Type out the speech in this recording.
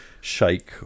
shake